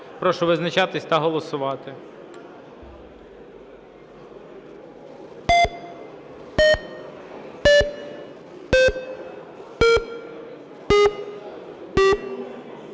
Прошу визначатись та голосувати.